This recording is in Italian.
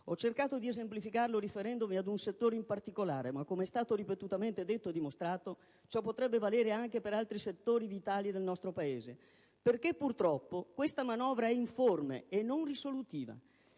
Ho cercato di esemplificarlo riferendomi ad un settore in particolare, ma, com'è stato ripetutamente detto e dimostrato, ciò potrebbe valere anche per altri settori vitali del nostro Paese, perché purtroppo questa manovra è informe e non risolutiva.